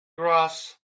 grass